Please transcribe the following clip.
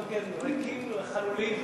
גם כן ריקים וחלולים,